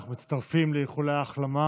אנחנו מצטרפים לאיחולי ההחלמה